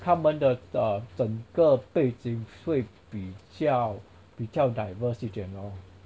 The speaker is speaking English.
他们的 err 整个背景会比较比较 diverse 一点 loh